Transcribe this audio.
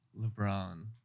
LeBron